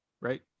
Right